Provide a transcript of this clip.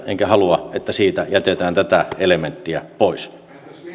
enkä halua että siitä jätetään tätä elementtiä pois